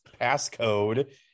passcode